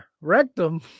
rectum